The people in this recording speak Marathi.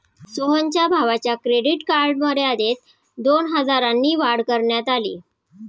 सोहनच्या भावाच्या क्रेडिट कार्ड मर्यादेत दोन हजारांनी वाढ करण्यात आली